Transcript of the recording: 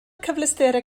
cyfleusterau